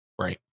Right